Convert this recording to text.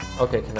Okay